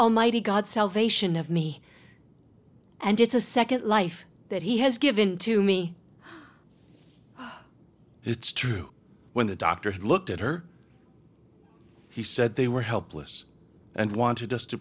almighty god's salvation of me and it's a second life that he has given to me it's true when the doctors looked at her he said they were helpless and wanted us to